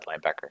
linebacker